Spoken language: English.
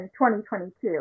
2022